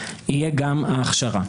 יהיה גם ההכשרה.